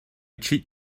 cheat